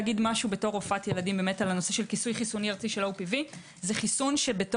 בתור רופאת ילדים חשוב לי לומר משהו